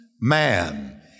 man